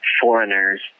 foreigners